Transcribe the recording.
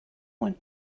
want